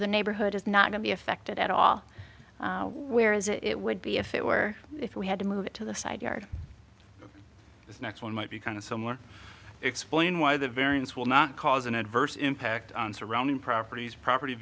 of the neighborhood is not going to be affected at all where is it would be if it were if we had to move it to the side yard this next one might be kind of somewhere explain why the variance will not cause an adverse impact on surrounding properties property